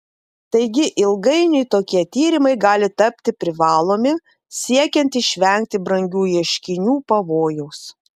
taigi ilgainiui tokie tyrimai gali tapti privalomi siekiant išvengti brangių ieškinių pavojaus